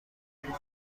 توسعه